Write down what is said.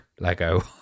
lego